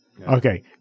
Okay